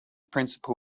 principal